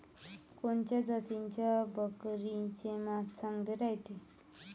कोनच्या जातीच्या बकरीचे मांस चांगले रायते?